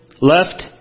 left